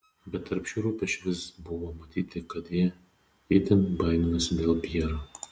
bet tarp šių rūpesčių vis buvo matyti kad ji itin baiminasi dėl pjero